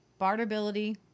barterability